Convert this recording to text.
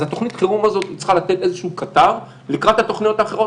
אז התוכנית חירום הזאת צריכה לתת איזשהו קטר לקראת התוכניות האחרות,